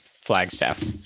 Flagstaff